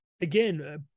again